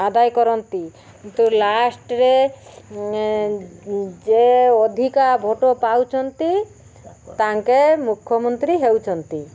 ଆଦାୟ କରନ୍ତି କିନ୍ତୁ ଲାଷ୍ଟ୍ରେ ଯେ ଅଧିକା ଭୋଟ୍ ପାଉଛନ୍ତି ତାଙ୍କେ ମୁଖ୍ୟମନ୍ତ୍ରୀ ହେଉଛନ୍ତି